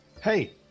Hey